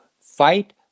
fight